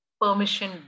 permission